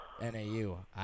NAU